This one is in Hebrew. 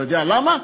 אתה יודע למה?